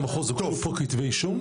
הוגשו כתבי אישום?